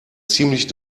ziemlich